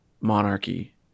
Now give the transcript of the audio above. monarchy